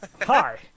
Hi